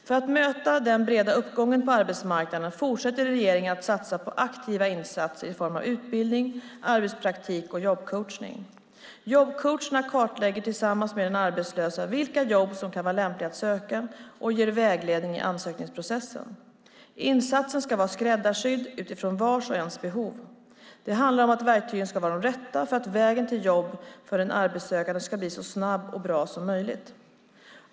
För att möta den breda uppgången på arbetsmarknaden fortsätter regeringen att satsa på aktiva insatser i form av utbildning, arbetspraktik och jobbcoachning. Jobbcoacherna kartlägger tillsammans med den arbetslöse vilka jobb som kan vara lämpliga att söka och ger vägledning i ansökningsprocessen. Insatsen ska vara skräddarsydd utifrån vars och ens behov. Det handlar om att verktygen ska vara de rätta för att vägen till jobb för den arbetssökande ska bli så snabb och bra som möjligt.